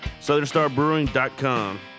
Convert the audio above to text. SouthernStarBrewing.com